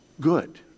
good